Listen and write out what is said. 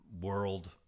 world